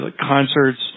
concerts